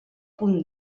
punt